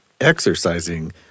exercising